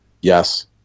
Yes